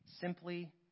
simply